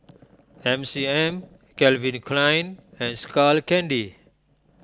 M C M Calvin Klein and Skull Candy